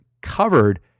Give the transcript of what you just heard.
covered